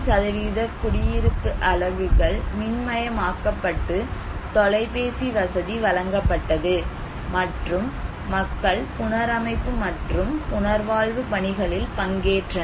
40 குடியிருப்பு அலகுகள் மின்மயமாக்கப்பட்டு தொலைபேசி வசதி வழங்கப்பட்டது மற்றும் மக்கள் புனரமைப்பு மற்றும் புனர்வாழ்வு பணிகளில் பங்கேற்றனர்